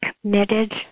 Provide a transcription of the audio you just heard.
committed